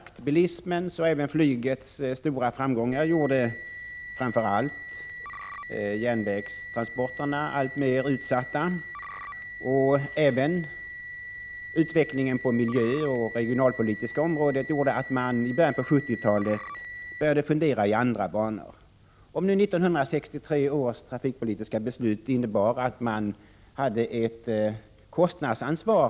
Men bilismens och även flygets stora framgångar gjorde framför allt järnvägstransporterna alltmer utsatta. Även utvecklingen på de miljöoch regionalpolitiska områdena gjorde att man i början på 1970-talet började fundera i nya banor. 1963 års trafikpolitiska beslut innebar att varje trafikgren hade kostnadsansvar.